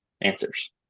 answers